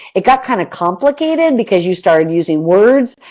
it got kind of complicated because you started using words.